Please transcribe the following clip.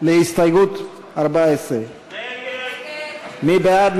להסתייגות 14. מי בעד?